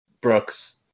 Brooks